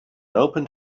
opened